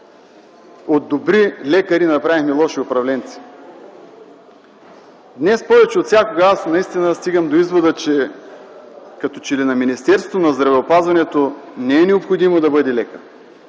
от добри лекари направихме лоши управленци. Днес повече от всякога аз наистина стигам до извода, че като че ли на Министерството на здравеопазването не е необходимо министърът